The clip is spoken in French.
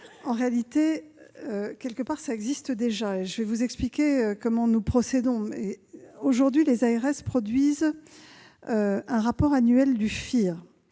en réalité, cela existe déjà, et je vais vous expliquer comment nous procédons. Aujourd'hui, les ARS produisent un rapport annuel du FIR,